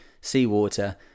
seawater